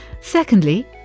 Secondly